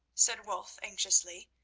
said wulf anxiously.